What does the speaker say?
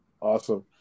Awesome